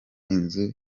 inzu